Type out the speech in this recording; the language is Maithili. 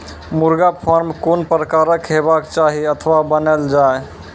मुर्गा फार्म कून प्रकारक हेवाक चाही अथवा बनेल जाये?